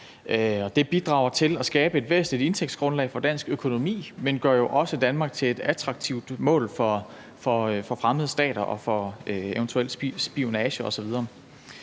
Det bidrager til at skabe et væsentligt indtægtsgrundlag for dansk økonomi, men gør jo også Danmark til et attraktivt mål for fremmede stater og for eventuel spionage osv.